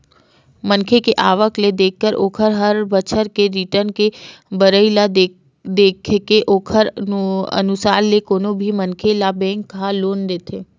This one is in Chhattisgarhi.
मनखे के आवक ल देखके ओखर हर बछर के रिर्टन के भरई ल देखके ओखरे अनुसार ले कोनो भी मनखे ल बेंक ह लोन देथे